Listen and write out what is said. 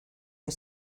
que